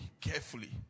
carefully